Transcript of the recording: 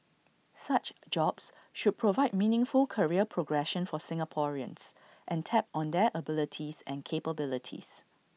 such jobs should provide meaningful career progression for Singaporeans and tap on their abilities and capabilities